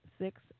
Six